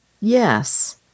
yes